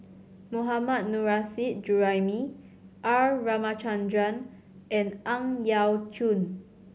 Mohammad Nurrasyid Juraimi R Ramachandran and Ang Yau Choon